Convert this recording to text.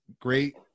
great